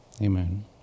Amen